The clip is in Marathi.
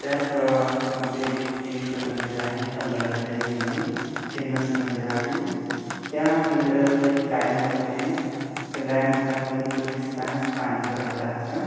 त्या सरोवरात मध्ये एक देवीचं मंदिर आहे कंबळचं देवी म्हणून फेमस मंदिर आहे त्या मंदिराजवळ एक गायमुख आहे त्या गायमुखातून चोवीस तास पाणी पडत राहतं